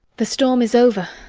the storm is over.